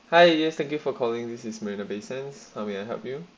hi yes thank you for calling this is marina bay sands you and help you